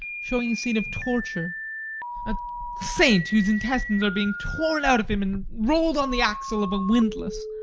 showing a scene of torture a saint whose intestines are being torn out of him and rolled on the axle of a windlass.